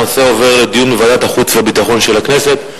הנושא עובר לדיון בוועדת החוץ והביטחון של הכנסת.